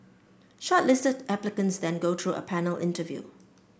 shortlisted applicants then go through a panel interview